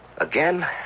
Again